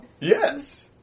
Yes